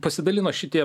pasidalino šitie